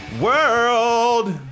world